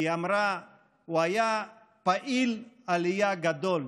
היא אמרה: הוא היה פעיל עלייה גדול,